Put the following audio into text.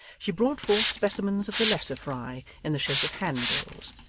she brought forth specimens of the lesser fry in the shape of hand-bills,